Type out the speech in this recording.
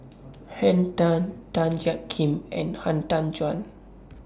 Henn Tan Tan Jiak Kim and Han Tan Juan